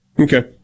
Okay